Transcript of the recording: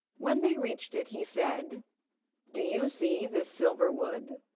when they reached it he said do you see this silver wood?